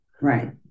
Right